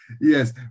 Yes